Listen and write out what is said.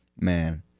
man